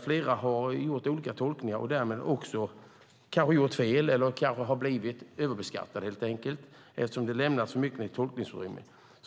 Flera har gjort olika tolkningar och därmed kanske gjort fel eller helt enkelt blivit överbeskattade eftersom det lämnats för mycket tolkningsutrymme.